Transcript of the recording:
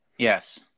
Yes